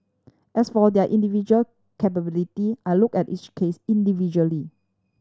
as for their individual culpability I look at each case individually